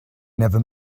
never